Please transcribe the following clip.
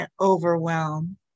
overwhelm